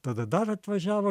tada dar atvažiavo